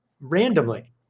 randomly